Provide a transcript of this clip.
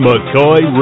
McCoy